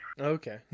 Okay